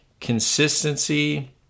consistency